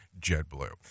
JetBlue